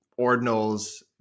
ordinals